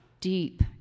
deep